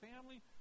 family